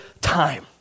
time